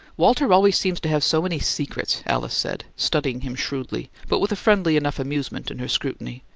walter always seems to have so many secrets! alice said, studying him shrewdly, but with a friendly enough amusement in her scrutiny.